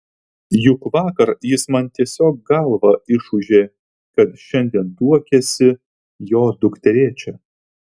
juk vakar jis man tiesiog galvą išūžė kad šiandien tuokiasi jo dukterėčia